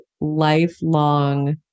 lifelong